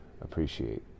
appreciate